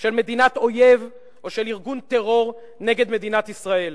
של מדינת אויב או של ארגון טרור נגד מדינת ישראל.